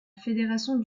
fédération